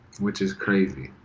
which is crazy,